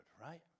right